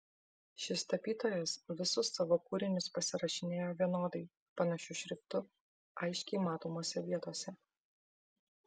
šis tapytojas visus savo kūrinius pasirašinėjo vienodai panašiu šriftu aiškiai matomose vietose